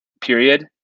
period